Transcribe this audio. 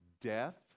Death